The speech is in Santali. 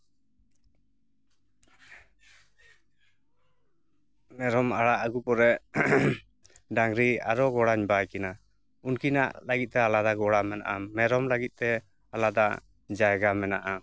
ᱢᱮᱨᱚᱢ ᱟᱲᱟᱜ ᱟᱜᱩ ᱯᱚᱨᱮ ᱰᱟᱝᱨᱤ ᱟᱨᱚ ᱜᱚᱲᱟᱧ ᱵᱟᱭ ᱠᱤᱱᱟᱹ ᱩᱱᱠᱤᱱᱟᱜ ᱞᱟᱹᱜᱤᱫ ᱛᱮ ᱟᱞᱟᱫᱟ ᱜᱚᱲᱟ ᱢᱮᱱᱟᱜᱼᱟ ᱢᱮᱨᱚᱢ ᱞᱟᱹᱜᱤᱫ ᱛᱮ ᱟᱞᱟᱫᱟ ᱡᱟᱭᱜᱟ ᱢᱮᱱᱟᱜᱼᱟ